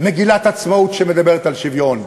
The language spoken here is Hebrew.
מגילת עצמאות שמדברת על שוויון.